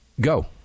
Go